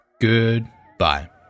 Goodbye